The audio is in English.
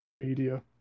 media